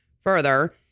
Further